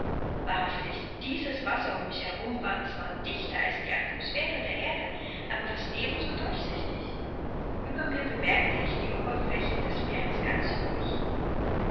wahrhaftig dieses wasser um mich herum war zwar dichter als die atmosphäre der erde aber fast eben so durchsichtig ueber mir bemerkte ich die oberfläche des meeres ganz ruhig